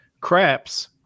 Craps